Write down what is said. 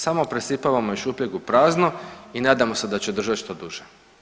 Samo presipavamo iz šupljeg u prazno i nadamo se da će držati što duže.